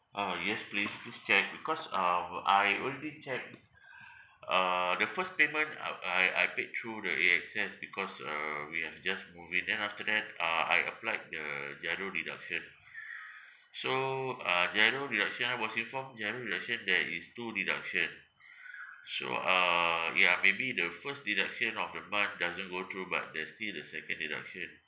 ah yes please please check because um I already checked uh the first payment um I I paid through the A_X_S because uh we have just moved in then after that uh I applied the GIRO deduction so uh GIRO deduction I was informed GIRO deduction there is two deduction so uh ya maybe the first deduction of the month doesn't go through but there's still the second deduction